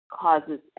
causes